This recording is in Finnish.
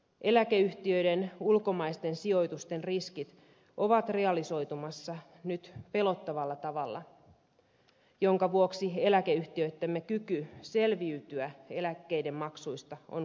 eläkeyhtiöiden ulkomaisten sijoitusten riskit ovat realisoitumassa nyt pelottavalla tavalla minkä vuoksi eläkeyhtiöittemme kyky selviytyä eläkkeiden maksuista on vaarassa